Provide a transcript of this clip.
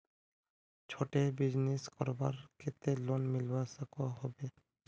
छोटो बिजनेस करवार केते लोन मिलवा सकोहो होबे?